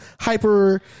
hyper